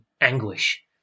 anguish